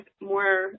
more